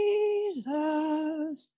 Jesus